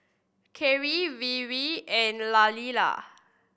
Keri Weaver and Lailah